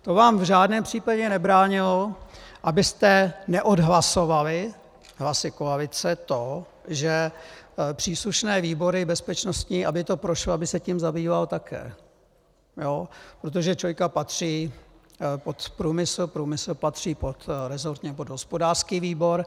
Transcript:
To vám v žádném případě nebránilo, abyste neodhlasovali hlasy koalice to, že příslušné výbory bezpečnostní, aby to prošlo, aby se tím zabýval také, protože ČOI patří pod průmysl, průmysl patří resortně pod hospodářský výbor.